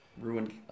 ruined